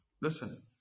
Listen